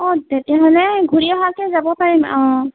অঁ তেতিয়াহ'লে ঘূৰি অহাকৈ যাব পাৰিম অঁ